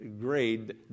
grade